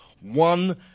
one